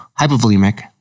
hypovolemic